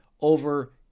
over